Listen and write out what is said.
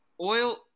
oil